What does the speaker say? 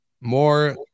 More